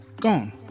gone